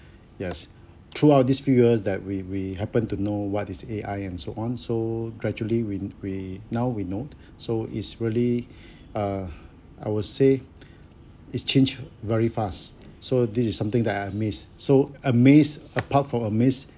yes throughout these few years that we we happen to know what is A_I and so on so gradually we we now we know so is really uh I would say it's change very fast so this is something that I miss so amazed apart from a miss